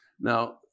Now